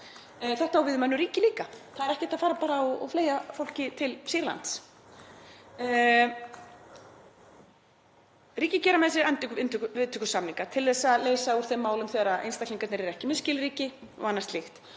Þetta á við um önnur ríki líka. Það er ekki hægt að fara bara og fleygja fólki til Sýrlands. Ríki gera með sér endurviðtökusamninga til að leysa úr þeim málum þegar einstaklingar eru ekki með skilríki og annað slíkt